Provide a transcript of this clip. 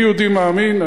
אני יהודי מאמין,